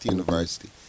University